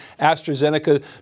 AstraZeneca